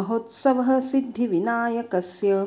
महोत्सवः सिद्धिविनायकस्य